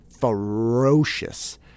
ferocious